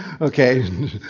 okay